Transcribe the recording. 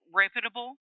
reputable